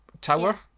tower